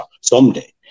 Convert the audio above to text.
someday